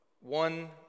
one